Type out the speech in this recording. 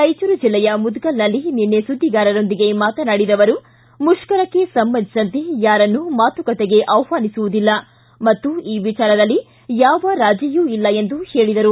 ರಾಯಚೂರು ಜೆಲ್ಲೆಯ ಮುದಗಲ್ನಲ್ಲಿ ನಿನ್ನೆ ಸುದ್ದಿಗಾರರೊಂದಿಗೆ ಮಾತನಾಡಿದ ಅವರು ಮುಷ್ಕರಕ್ಕೆ ಸಂಬಂಧಿಸಿದಂತೆ ಯಾರನ್ನೂ ಮಾತುಕತೆಗೆ ಆಹ್ವಾನಿಸುವುದಿಲ್ಲ ಮತ್ತು ಈ ವಿಚಾರದಲ್ಲಿ ಯಾವ ರಾಜೆಯೂ ಇಲ್ಲ ಎಂದು ಹೇಳಿದರು